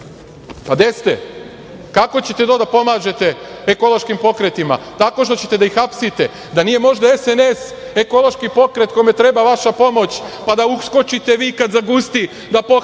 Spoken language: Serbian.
Gde ste? Kako ćete to da pomažete ekološkim pokretima? Tako što ćete da ih hapsite? Da nije možda SNS ekološki pokret kome treba vaša pomoć, pa da uskočite vi kad zagusti, da pohapsite